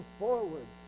forward